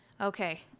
Okay